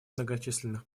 многочисленных